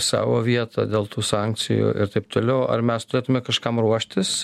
savo vietą dėl tų sankcijų ir taip toliau ar mes turėtume kažkam ruoštis